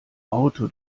auto